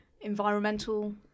environmental